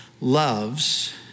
loves